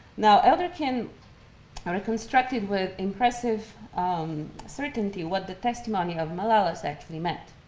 now elderkin reconstructed with impressive um certainty what the testimony of malalas actually meant.